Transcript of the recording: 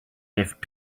lift